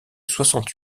soixante